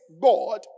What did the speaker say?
God